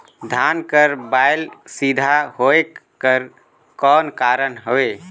धान कर बायल सीधा होयक कर कौन कारण हवे?